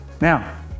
Now